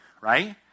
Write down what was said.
right